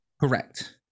Correct